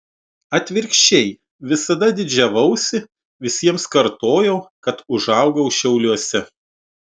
atvirkščiai visada didžiavausi visiems kartojau kad užaugau šiauliuose